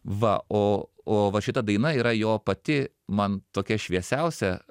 va o o va šita daina yra jo pati man tokia šviesiausia